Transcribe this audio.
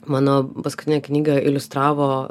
mano paskutinę knygą iliustravo